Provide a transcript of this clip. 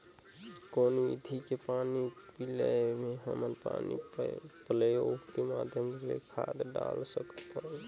कौन विधि के पानी पलोय ले हमन पानी पलोय के माध्यम ले खाद डाल सकत हन?